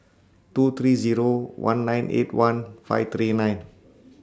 two three Zero one nine eight one five three nine